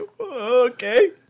okay